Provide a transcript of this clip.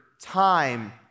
time